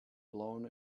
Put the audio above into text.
blown